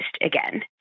again